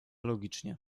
logicznie